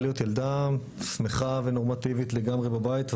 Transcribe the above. להיות ילדה שמחה ונורמטיבית לגמרי בבית.